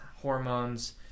hormones